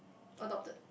adopted